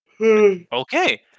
Okay